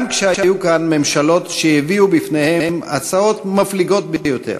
גם כשהיו כאן ממשלות שהביאו בפניהם הצעות מפליגות ביותר.